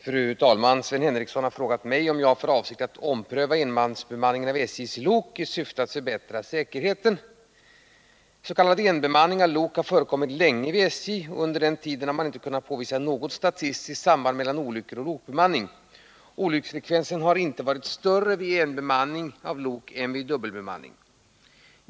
Fru talman! Sven Henricsson har frågat mig om jag har för avsikt att ompröva enmansbemanningen av SJ:s lok i syfte att förbättra säkerheten. S. k. enbemanning av lok har förekommit länge vid SJ, och under den tiden har man inte kunnat påvisa något statistiskt samband mellan olyckor och lokbemanning. Olycksfrekvensen har inte varit större vid enbemanning av lok än vid dubbelbemanning.